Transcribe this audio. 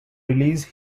release